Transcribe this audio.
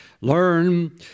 learn